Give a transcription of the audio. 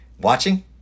watching